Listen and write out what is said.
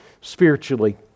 spiritually